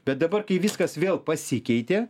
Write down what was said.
bet dabar kai viskas vėl pasikeitė